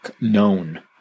known